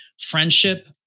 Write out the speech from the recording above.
friendship